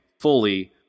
fully